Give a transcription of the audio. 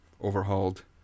overhauled